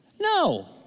No